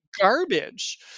garbage